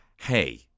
hey